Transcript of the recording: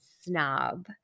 snob